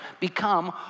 become